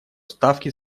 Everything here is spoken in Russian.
ставки